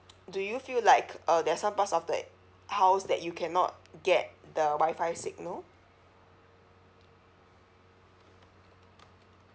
do you feel like uh there's some parts of the house that you cannot get the WI-FI signal